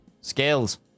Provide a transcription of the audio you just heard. Skills